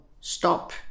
stop